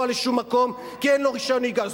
בשבת לשום מקום כי אין לו רשיון נהיגה.